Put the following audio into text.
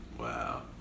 Wow